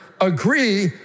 agree